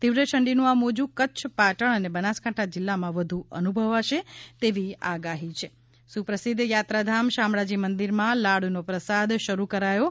તીવ્ર ઠંડીનું આ મોજુ કચ્છ પાટણ અને બનાસકાંઠા જીલ્લામાં વધુ અનુભવાશે તેવી આગાહી છે અરવલ્લી શામળાજી સુપ્રસિધ્ધ યાત્રાધામ શામળાજી મંદિરમાં લાડુનો પ્રસાદ શરૂ કરાયો છે